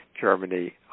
Germany